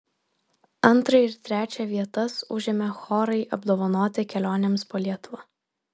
antrą ir trečią vietas užėmę chorai apdovanoti kelionėmis po lietuvą